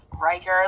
Riker